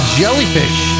jellyfish